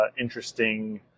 interesting